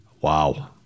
Wow